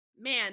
man